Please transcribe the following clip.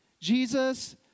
Jesus